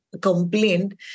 complaint